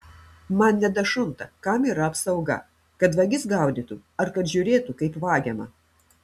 man nedašunta kam yra apsauga kad vagis gaudytų ar kad žiūrėtų kaip vagiama